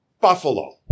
Buffalo